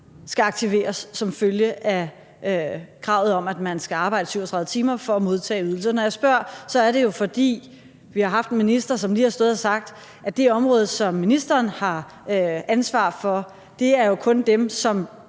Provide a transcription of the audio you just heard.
skal aktiveres som følge af kravet om, at man skal arbejde 37 timer for at modtage ydelser? Når jeg spørger, er det, fordi vi har en minister, som lige har stået og sagt, at dem, ministeren har ansvar for, er dem, som